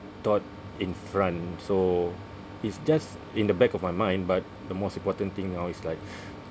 thought in front so it's just in the back of my mind but the most important thing now is like